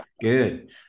Good